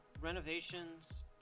renovations